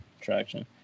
traction